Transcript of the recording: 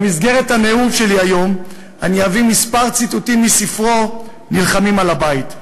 במסגרת הנאום שלי היום אני אביא כמה ציטוטים מספרו "המלחמה על הבית".